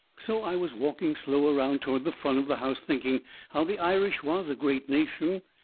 so i was walking slow around toward the front of the house thinking how the irish was a great nation,